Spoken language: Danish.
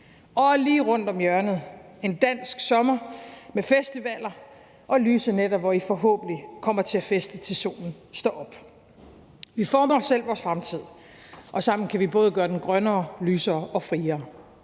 og lige rundt om hjørnet en dansk sommer med festivaler og lyse nætter, hvor I forhåbentlig kommer til at feste, til solen står op. Vi former selv vores fremtid, og sammen kan vi både gør den grønnere, lysere og friere.